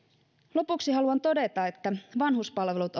lopuksi haluan todeta että vanhuspalvelut